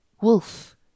Wolf